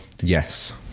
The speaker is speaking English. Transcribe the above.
Yes